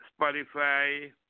Spotify